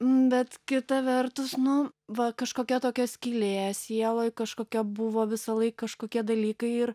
nu bet kita vertus nu va kažkokia tokia skylė sieloj kažkokia buvo visąlaik kažkokie dalykai ir